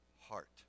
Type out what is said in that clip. heart